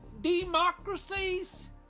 democracies